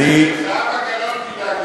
זה בסדר, זהבה גלאון תדאג לכם.